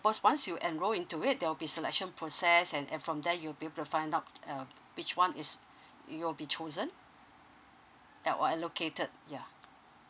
suppose once you enroll into it there'll be selection process and and from there you will find out uh which one is you'll be chosen that were allocated yeah